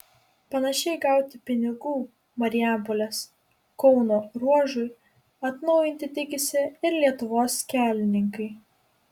panašiai gauti pinigų marijampolės kauno ruožui atnaujinti tikisi ir lietuvos kelininkai